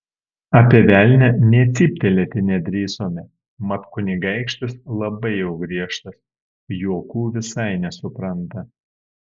apie velnią nė cyptelėti nedrįsome mat kunigaikštis labai jau griežtas juokų visai nesupranta